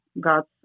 God's